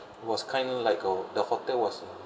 it was kind like a the hotel was